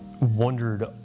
wondered